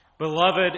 Beloved